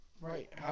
Right